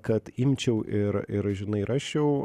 kad imčiau ir ir žinai rasčiau